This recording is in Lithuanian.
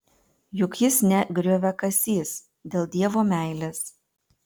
juk jis ne grioviakasys dėl dievo meilės